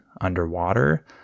underwater